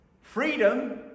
Freedom